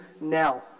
now